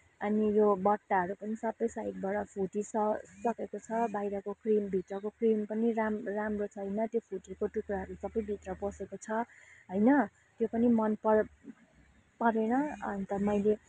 अनि यो बट्टाहरू पनि सबै साइडबाट फुटिसकेको छ बाहिरको क्रिम भित्रको क्रिम पनि राम्रो छैन त्यो फुटेको टुक्राहरू सबै भित्र पसेको छ होइन त्यो पनि मन पर् परेन अन्त मैले